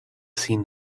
seen